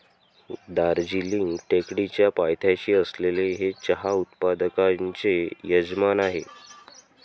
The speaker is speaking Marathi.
दार्जिलिंग टेकडीच्या पायथ्याशी असलेले हे चहा उत्पादकांचे यजमान आहे